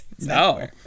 no